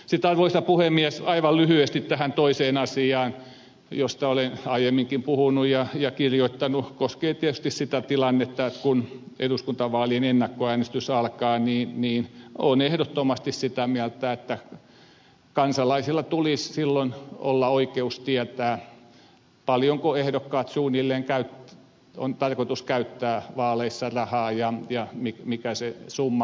sitten arvoisa puhemies aivan lyhyesti tähän toiseen asiaan josta olen aiemminkin puhunut ja kirjoittanut koskien tietysti sitä tilannetta että kun eduskuntavaalien ennakkoäänestys alkaa olen ehdottomasti sitä mieltä että kansalaisilla tulisi silloin olla oikeus tietää paljonko ehdokkailla suunnilleen on tarkoitus käyttää vaaleissa rahaa ja mikä summan kokoluokka on